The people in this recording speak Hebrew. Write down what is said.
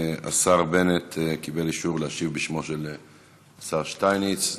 השר בנט קיבל אישור להשיב בשם השר שטייניץ.